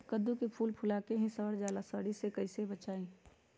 कददु के फूल फुला के ही सर जाला कइसे सरी से बचाई?